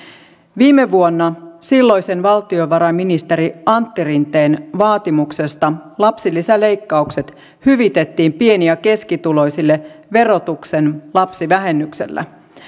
viime vuonna silloisen valtiovarainministeri antti rinteen vaatimuksesta lapsilisäleikkaukset hyvitettiin pieni ja keskituloisille verotuksen lapsivähennyksellä